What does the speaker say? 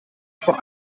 vor